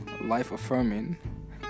life-affirming